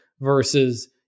versus